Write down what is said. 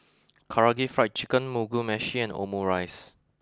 Karaage Fried Chicken Mugi Meshi and Omurice